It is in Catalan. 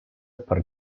per